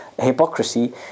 hypocrisy